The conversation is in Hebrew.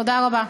תודה רבה.